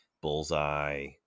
bullseye